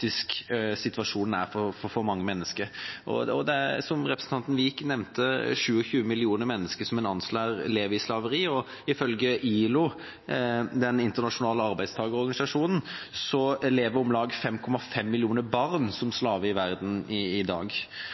situasjonen faktisk er for mange mennesker. Som representanten Wiik nevnte, anslår man at 27 millioner mennesker lever i slaveri. Ifølge ILO – Den internasjonale arbeidstakerorganisasjonen – lever om lag 5,5 millioner barn som slaver i verden i dag. Anslagene er selvsagt usikre fordi det foregår i